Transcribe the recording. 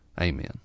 amen